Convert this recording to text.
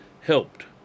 helped